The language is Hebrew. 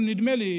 נדמה לי,